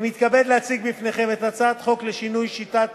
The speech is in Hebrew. אני מתכבד להציג בפניכם את הצעת החוק לשינוי שיטת